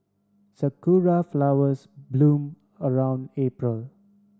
sakura flowers bloom around April